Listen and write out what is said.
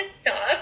stop